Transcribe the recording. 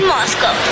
Moscow